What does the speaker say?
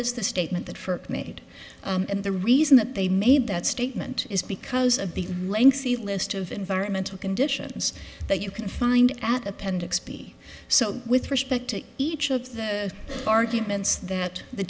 is the statement that first made and the reason that they made that statement is because of the lengthy list of environmental conditions that you can find at appendix b so with respect to each of the arguments that the